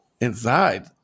inside